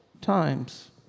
times